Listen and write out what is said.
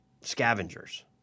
scavengers